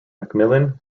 macmillan